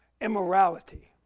immorality